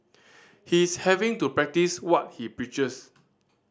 he's having to practice what he preaches